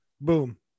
Boom